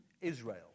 Israel